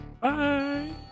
Bye